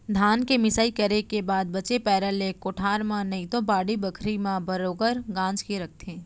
धान के मिंसाई करे के बाद बचे पैरा ले कोठार म नइतो बाड़ी बखरी म बरोगर गांज के रखथें